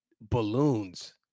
balloons